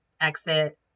exit